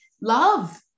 love